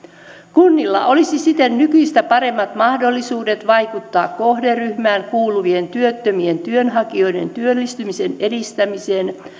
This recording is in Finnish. kunnilla olisi siten nykyistä paremmat mahdollisuudet vaikuttaa kohderyhmään kuuluvien työttömien työnhakijoiden työllistymisen edistämiseen